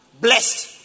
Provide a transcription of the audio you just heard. Blessed